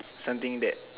something that